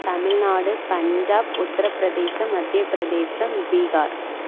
Tamil Nadu Punjab Uttar Pradesh Madhya Pradesh Bihar